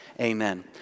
Amen